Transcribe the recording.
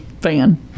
fan